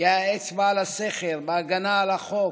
יהיה האצבע בסכר בהגנה על החוק,